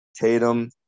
Tatum